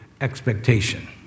expectation